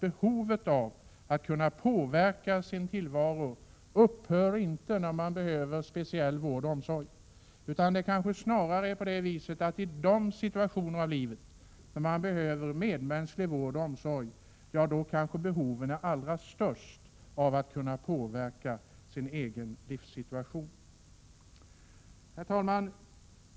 Behovet av att kunna påverka sin tillvaro upphör inte när man behöver speciell vård och omsorg, utan det är snarare i de situationer i livet när man behöver medmänsklig vård och omsorg som behovet är allra störst av att kunna påverka sin egen livssituation. Herr talman!